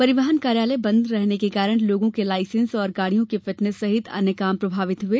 परिवहन कार्यालय बन्द रहने के कारण लोगों के लायसेंस और गाड़ियों की फिटनेस सहित अन्य काम प्रभावित हुए